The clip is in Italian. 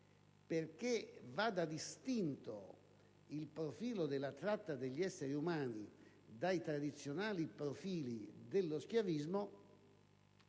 necessario distinguere il profilo della tratta degli esseri umani dai tradizionali profili dello schiavismo